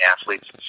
athletes